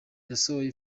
yasohoye